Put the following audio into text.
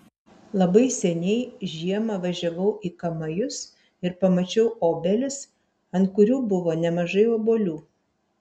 labai seniai žiemą važiavau į kamajus ir pamačiau obelis ant kurių buvo nemažai obuolių